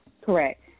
Correct